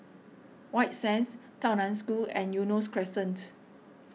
White Sands Tao Nan School and Eunos Crescent